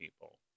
people